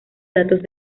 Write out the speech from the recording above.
datos